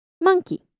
Monkey